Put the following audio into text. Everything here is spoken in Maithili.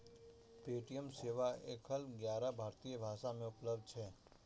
पे.टी.एम सेवा एखन ग्यारह भारतीय भाषा मे उपलब्ध छै